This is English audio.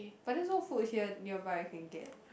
but there's no food here nearby you can get